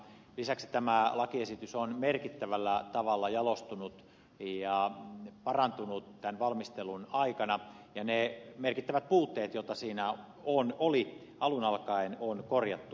lisäksi tämä lakiesitys on merkittävällä tavalla jalostunut ja parantunut tämän valmistelun aikana ja ne merkittävät puutteet joita siinä oli alun alkaen on korjattu